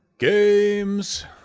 Games